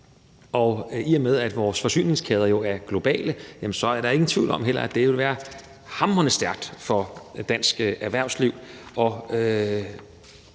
Og i og med at vores forsyningskæder jo er globale, er der heller ingen tvivl om, at det vil være hamrende stærkt for dansk erhvervsliv